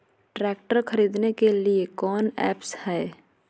Tractor खरीदने के लिए कौन ऐप्स हाय?